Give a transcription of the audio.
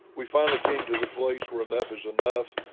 we finally came to the place where enough is enough.